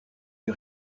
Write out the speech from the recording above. une